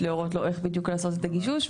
להורות לו איך בדיוק לעשות את הגישוש.